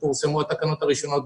כשפורסמו התקנות הראשונות,